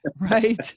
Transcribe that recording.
Right